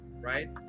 right